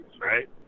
right